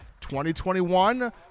2021